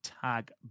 tag